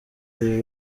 iri